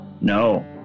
No